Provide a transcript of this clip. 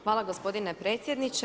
Hvala gospodine predsjedniče.